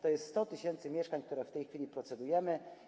To jest 100 tys. mieszkań, nad którymi w tej chwili procedujemy.